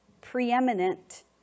preeminent